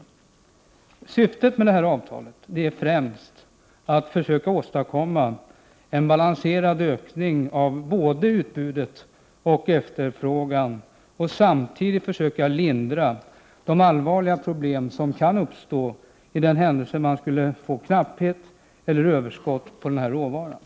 1988/89:45 Syftet med detta avtal är främst att försöka åstadkomma en balanserad 14 december 1988 ökning av både utbud och efterfrågan, och samtidigt försöka lindra de Godkännendeni 1087] allvarliga problem som kan uppstå för den händelse man skulle få knapphet årsinternationella na: eller överskott på den här råvaran.